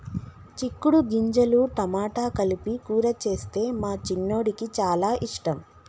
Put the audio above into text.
చిక్కుడు గింజలు టమాటా కలిపి కూర చేస్తే మా చిన్నోడికి చాల ఇష్టం